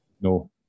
No